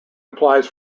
applies